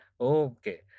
Okay